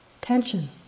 tension